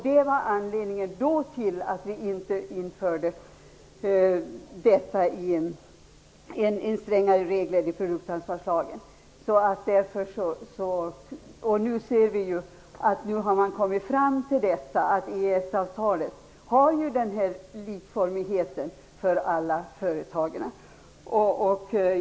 Det var anledningen till att vi då inte ville införa en strängare regel i produktansvarslagen. Nu har man kommit fram till att enligt EES-avtalet gäller denna likformighet för alla företag.